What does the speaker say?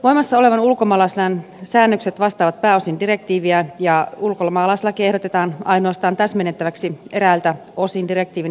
voimassa olevan ulkomaalaislain säännökset vastaavat pääosin direktiiviä ja ulkomaalaislakia ehdotetaan ainoastaan täsmennettäväksi eräiltä osin direktiivin edellyttämällä tavalla